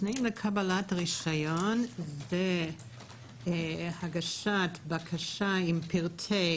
התנאים לקבלת הרישיון הם הגשת בקשה עם פרטי